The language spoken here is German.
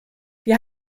wir